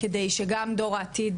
כדי שגם דור העתיד,